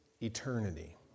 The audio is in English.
eternity